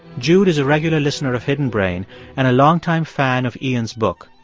jude is a regular listener of hidden brain and a longtime fan of iain's book.